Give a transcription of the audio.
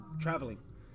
traveling